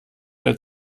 der